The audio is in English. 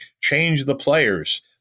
change-the-players